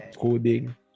coding